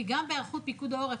כי גם בהיערכות פיקוד העורף,